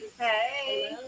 Hey